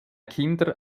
kinder